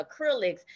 acrylics